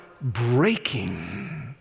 breaking